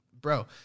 bro